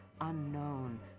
unknown